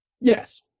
Yes